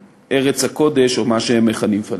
בארץ הקודש, או מה שהם מכנים פלסטין.